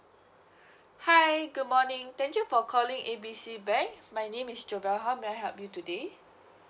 hi good morning thank you for calling A B C bank my name is jobelle how may I help you today